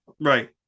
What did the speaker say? Right